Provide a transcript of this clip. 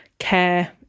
care